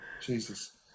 Jesus